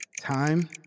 Time